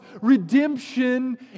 redemption